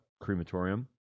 crematorium